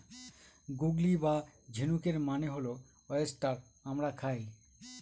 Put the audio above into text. গুগলি বা ঝিনুকের মানে হল ওয়েস্টার আমরা খাই